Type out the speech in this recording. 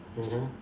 mmhmm